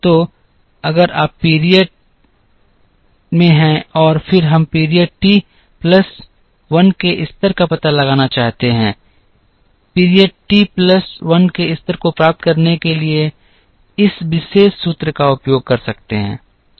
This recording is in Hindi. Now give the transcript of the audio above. तो अगर आप पीरियड में हैं और फिर हम पीरियड टी प्लस 1 के स्तर का पता लगाना चाहते हैं पीरियड टी प्लस 1 के स्तर को प्राप्त करने के लिए इस विशेष सूत्र का उपयोग कर सकते हैं